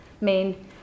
main